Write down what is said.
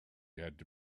had